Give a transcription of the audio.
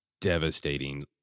devastating